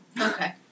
okay